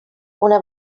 una